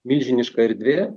milžiniška erdvė